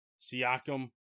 Siakam